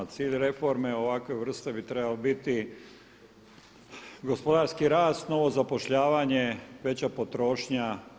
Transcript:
Cilj reforme ovakve vrste trebao biti gospodarski rast, novo zapošljavanje, veća potrošnja.